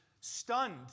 stunned